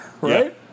Right